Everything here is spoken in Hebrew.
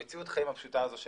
המציאות חיים הפשוטה הזו,